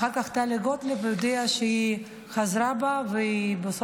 אחר כך טלי גוטליב הודיעה שהיא חזרה בה ובסוף